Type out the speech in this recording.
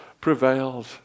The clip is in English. prevailed